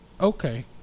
okay